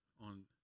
on